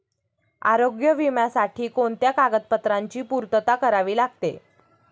आरोग्य विम्यासाठी कोणत्या कागदपत्रांची पूर्तता करावी लागते?